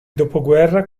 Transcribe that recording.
dopoguerra